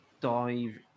dive